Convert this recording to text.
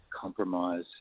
compromise